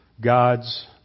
God's